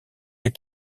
est